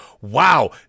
Wow